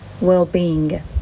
well-being